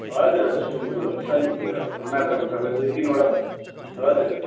हजुर हजुर स्विमिङ पुलहरू छ नि पुरा मात्रामा सबै दुईतिनवटा पो छ हजर हजर